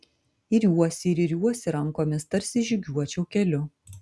iriuosi ir iriuosi rankomis tarsi žygiuočiau keliu